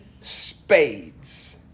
spades